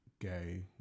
gay